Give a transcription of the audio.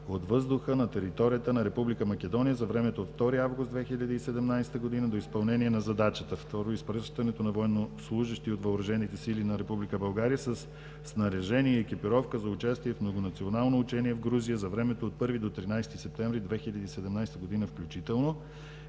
от въздуха на територията на Република Македония за времето от 2 август 2017 г. до изпълнение на задачата; изпращането на военнослужещи от Въоръжените сили на Република България със снаряжение и екипировка за участие в многонационално учение в Грузия за времето от 1 до 13 септември 2017 г. включително;